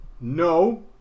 No